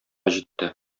җитте